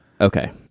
okay